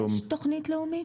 בעולם יש תוכנית לאומית?